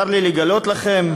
צר לי לגלות לכם,